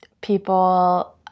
people